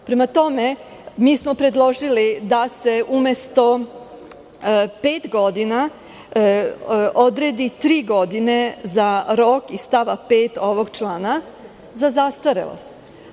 Prema tome, mi smo predložili da se umesto - pet godina, odredi - tri godine za rok iz stava 5. ovog člana, za zastarelost.